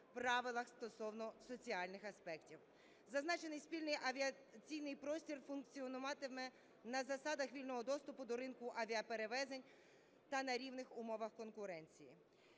правилах стосовно соціальних аспектів. Зазначений спільний авіаційний простір функціонуватиме на засадах вільного доступу до ринку авіаперевезень та на рівних умовах конкуренції.